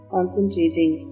Concentrating